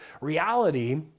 reality